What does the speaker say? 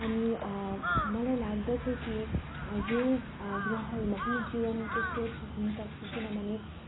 अनि मलाई लाग्दछ कि यो ग्रहहरूमा पनि जीवनको स्रोत हुनसक्छ किनभने